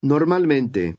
Normalmente